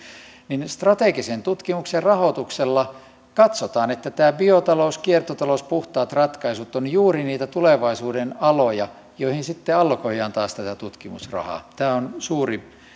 niin strategisen tutkimuksen rahoituksella katsotaan että tämä biotalous kiertotalous puhtaat ratkaisut ovat juuri niitä tulevaisuuden aloja joihin sitten allokoidaan taas tätä tutkimusrahaa tämä on suuri